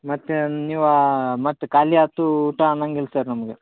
ಮತ್ತೆ ನೀವು ಮತ್ತೆ ಖಾಲಿ ಆತೂ ಊಟ ಅನ್ನಂಗಿಲ್ಲ ಸರ್ ನಮಗೆ